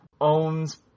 owns